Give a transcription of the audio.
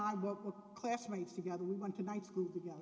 i work with classmates together we went to night school together